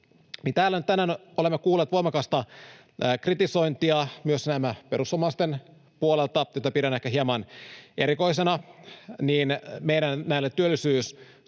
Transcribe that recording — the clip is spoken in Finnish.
tänään olemme kuulleet voimakasta kritisointia, myös perussuomalaisten puolelta, mitä pidän ehkä hieman erikoisena, näille meidän